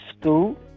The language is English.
school